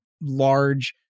large